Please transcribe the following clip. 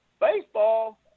baseball